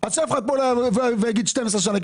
שאף אחד לא יגיד 12 שנה,